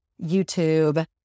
YouTube